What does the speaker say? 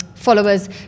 followers